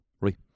Right